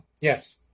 yes